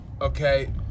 okay